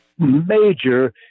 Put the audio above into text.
Major